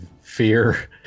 fear